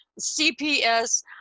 cps